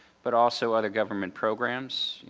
but also other government programs,